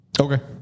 Okay